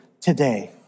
today